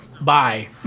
bye